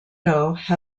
large